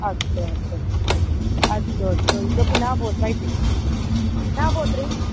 अस्तु अस्तु अस्तु अस्तु इतोपि न अभवत् वा इति नाभवत् रे